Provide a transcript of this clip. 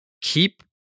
keep